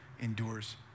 endures